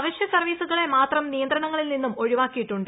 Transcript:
അവശ്യ സർവ്വീസുകളെ മാത്രം നിയന്ത്രണങ്ങളിൽ നിന്നും ഒഴിവാക്കിയിട്ടുണ്ട്